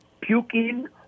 puking